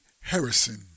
Harrison